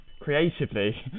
creatively